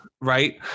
right